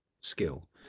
skill